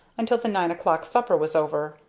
until the nine o'clock supper was over,